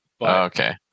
Okay